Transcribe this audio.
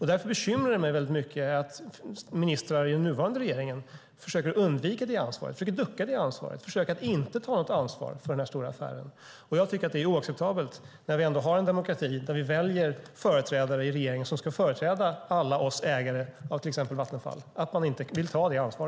Därför bekymrar det mig mycket att ministrar i den nuvarande regeringen försöker undvika detta ansvar och försöker ducka för detta ansvar. Det försöker att inte ta något ansvar för denna stora affär. Jag tycker att det är oacceptabelt när vi ändå har en demokrati där vi väljer företrädare i regeringen som ska företräda alla oss ägare av till exempel Vattenfall att de inte vill ta detta ansvar.